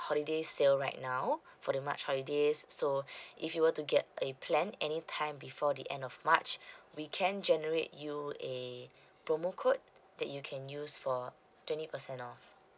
holiday sale right now for the march holidays so if you were to get a plan anytime before the end of march we can generate you a promo code that you can use for twenty percent off